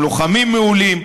הם לוחמים מעולים.